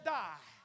die